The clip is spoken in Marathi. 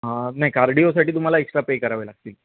हां नाही कार्डिओसाठी तुम्हाला एक्स्ट्रा पे करावे लागतील